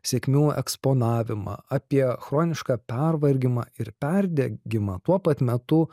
sėkmių eksponavimą apie chronišką pervargimą ir perdegimą tuo pat metu